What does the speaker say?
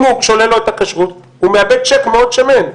אם הוא שולל לו את הכשרות הוא מאבד צ'ק מאוד שמן,